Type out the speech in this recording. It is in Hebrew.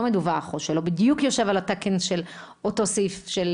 מדווח או שלא בדיוק יושב על התקן של אותו סעיף של